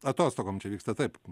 atostogom čia vyksta taip